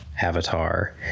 Avatar